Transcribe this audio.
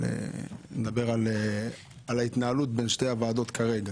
אבל אני מדבר על ההתנהלות בין שתי הוועדות כרגע.